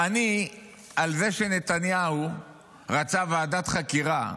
על זה שנתניהו רצה ועדת חקירה,